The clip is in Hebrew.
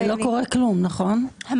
ולא קורה כלום מסתבר.